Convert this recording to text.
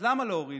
אז למה להוריד?